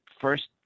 first